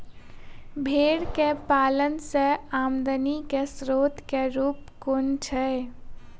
भेंर केँ पालन सँ आमदनी केँ स्रोत केँ रूप कुन छैय?